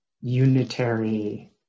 unitary